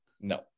No